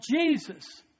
Jesus